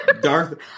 Darth